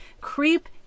creep